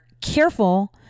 careful